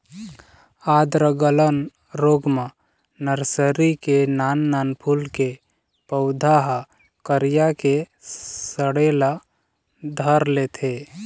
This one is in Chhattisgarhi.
आद्र गलन रोग म नरसरी के नान नान फूल के पउधा ह करिया के सड़े ल धर लेथे